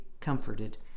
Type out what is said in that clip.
comforted